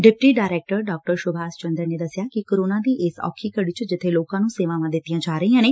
deputy director ਡਾ ਸੁਭਾਸ਼ ਚੰਦਰ ਨੇ ਦਸਿਆ ਕਿ ਕੋਰੋਨਾ ਦੀ ਇਸ ਔਖੀ ਘਤੀ ਚ ਜਿੱਥੇ ਲੋਕਾ ਨੂੰ ਸੇਵਾਵਾਂ ਦਿੱਤੀਆਂ ਜਾ ਰਹੀਆਂ ਨੇ